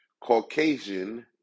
Caucasian